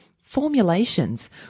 formulations